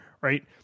right